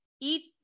eat